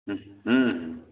हूँ हूँ